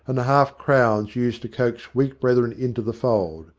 and the half-crowns used to coax weak brethren into the fold.